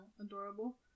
adorable